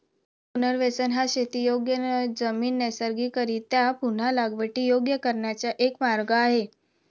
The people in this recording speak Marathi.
पुनर्वसन हा शेतीयोग्य जमीन नैसर्गिकरीत्या पुन्हा लागवडीयोग्य करण्याचा एक मार्ग आहे